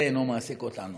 זה לא מעסיק אותנו,